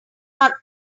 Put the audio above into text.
our